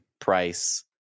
price